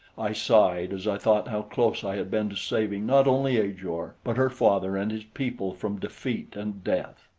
i sighed as i thought how close i had been to saving not only ajor but her father and his people from defeat and death.